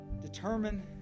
determine